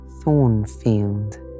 Thornfield